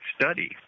study